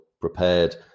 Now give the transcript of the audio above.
prepared